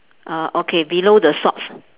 uh okay below the socks